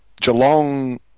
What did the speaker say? Geelong